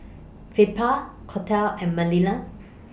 Felipa Colette and Manilla